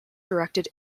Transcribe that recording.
directed